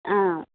ஆ